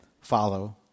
follow